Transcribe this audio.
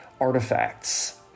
artifacts